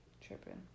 tripping